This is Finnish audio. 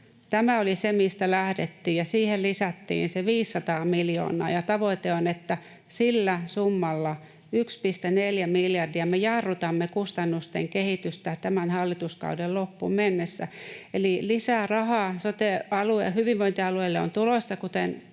Tämä oli se, mistä lähdettiin, ja siihen lisättiin se 500 miljoonaa, ja tavoite on, että sillä summalla, 1,4 miljardilla, me jarrutamme kustannusten kehitystä tämän hallituskauden loppuun mennessä. Eli lisää rahaa hyvinvointialueille on tulossa, kuten